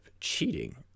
cheating